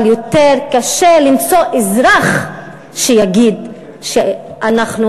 אבל יותר קשה למצוא אזרח שיגיד כן,